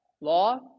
Law